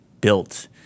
built